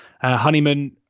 Honeyman